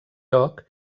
lloc